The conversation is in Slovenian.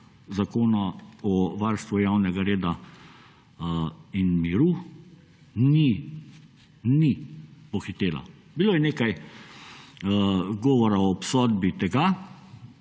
Zakona o varstvu javnega reda in miru? Ni pohitela. Bilo je nekaj govora o obsodbi tega